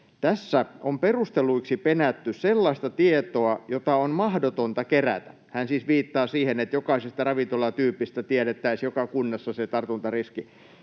Tässä on perusteluiksi penätty sellaista tietoa, jota on mahdotonta kerätä.” Hän siis viittaa siihen, että jokaisesta ravintolatyypistä tiedettäisiin joka kunnassa se tartuntariski.